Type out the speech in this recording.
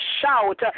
shout